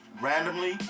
randomly